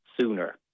sooner